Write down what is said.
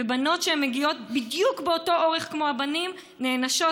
ובנות שמגיעות בדיוק באותו אורך כמו הבנים נענשות,